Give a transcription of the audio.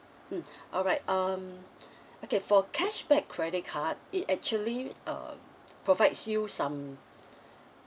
mm alright um okay for cashback credit card it actually uh provides you some